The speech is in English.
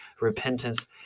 repentance